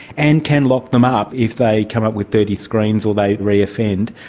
and can lock them up if they come up with dirty screens or they reoffend.